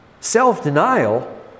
Self-denial